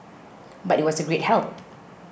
but it was a great help